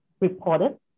reported